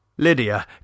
Lydia